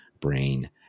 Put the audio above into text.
brain